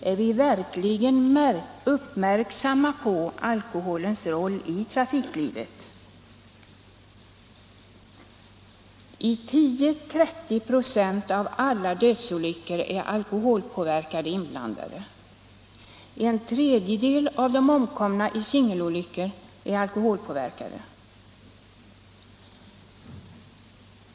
Är vi verkligen uppmärksamma på alkoholens roll i trafiklivet? I 10-30 26 av alla dödsolyckor är alkoholpåverkade inblandade. En tredjedel av de omkomna i singelolyckor är alkoholpåverkade.